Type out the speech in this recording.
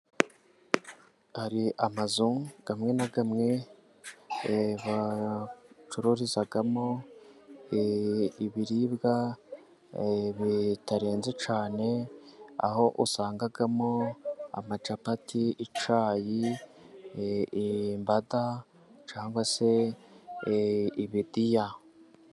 Hari amazu amwe na amwe bacururizamo, ibiribwa bitarenze cyane, aho usangamo amacapati, icyi, imbada cyangwa se ibidiya.